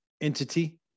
entity